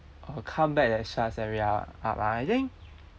a comeback that shuts everyone up right I think